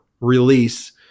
release